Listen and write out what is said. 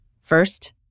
First